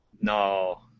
No